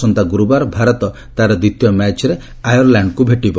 ଆସନ୍ତା ଗୁରୁବାର ଭାରତ ତାହାର ଦ୍ୱିତୀୟ ମ୍ୟାଚରେ ଆୟାରଲାଣ୍ଡକୁ ଭେଟିବ